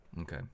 Okay